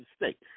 mistake